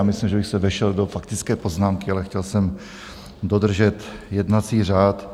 Myslím, že bych se vešel do faktické poznámky, ale chtěl jsem dodržet jednací řád.